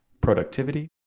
productivity